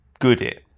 goodit